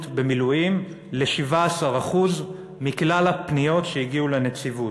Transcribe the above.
במילואים ל-17% מכלל הפניות שהגיעו לנציבות.